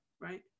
right